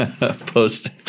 post